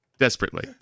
Desperately